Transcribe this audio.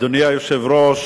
אדוני היושב-ראש,